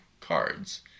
cards